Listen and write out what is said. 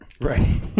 Right